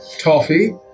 toffee